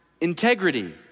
integrity